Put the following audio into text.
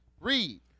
Read